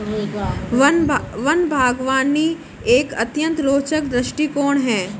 one बागवानी एक अत्यंत रोचक दृष्टिकोण है